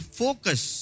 focus